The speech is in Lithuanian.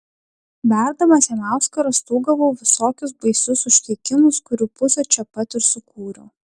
verdamas jam auskarą stūgavau visokius baisius užkeikimus kurių pusę čia pat ir sukūriau